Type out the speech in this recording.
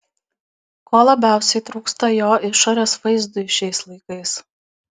ko labiausiai trūksta jo išorės vaizdui šiais laikais